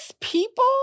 people